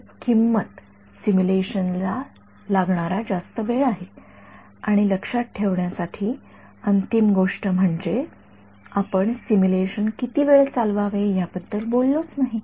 तर किंमत सिम्युलेशन ला लागणार जास्त वेळ आहे आणि लक्षात ठेवण्यासाठी अंतिम गोष्ट म्हणजे आपण सिम्युलेशन किती वेळ चालवावे याबद्दल बोललो नाही